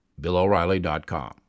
BillOReilly.com